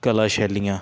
ਕਲਾ ਸ਼ੈਲੀਆਂ